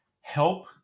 help